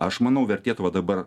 aš manau vertėtų va dabar